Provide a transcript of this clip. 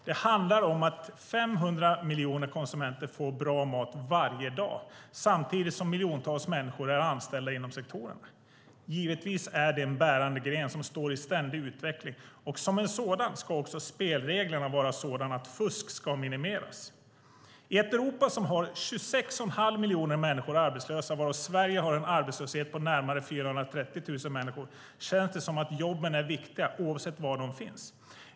Det handlar om att 500 miljoner konsumenter får bra mat varje dag, samtidigt som miljontals människor är anställda inom sektorn. Givetvis är det en bärande gren som står i ständig utveckling, och som en sådan ska också spelreglerna vara sådana att fusk ska minimeras. I ett Europa som har 26 1⁄2 miljoner arbetslösa, varav Sverige har en arbetslöshet på närmare 430 000 människor, känns det som att jobben är viktiga oavsett var de finns.